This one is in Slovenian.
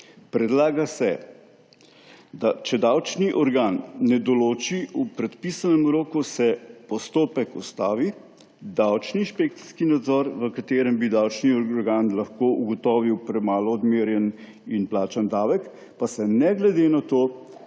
Predlaga se, da če davčni organ ne odloči v predpisanem roku, se postopek ustavi, davčni inšpekcijski nadzor, v katerem bi davčni organ lahko ugotovil premalo odmerjen in plačan davek, pa se ne glede na to,